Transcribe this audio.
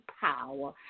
power